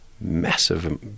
massive –